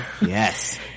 Yes